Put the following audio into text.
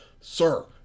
Sir